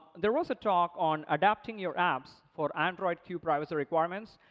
there was a talk on adapting your apps for android q privacy requirements.